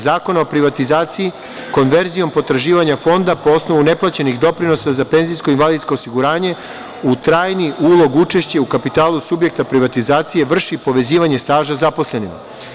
Zakona o privatizaciji, konverzijom potraživanja Fonda po osnovu neplaćenih doprinosa za PIO u trajni ulog učešće u kapitalu subjekta privatizacije vrši povezivanje staža zaposlenima.